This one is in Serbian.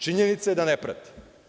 Činjenica je da ne prati.